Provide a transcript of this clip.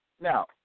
Now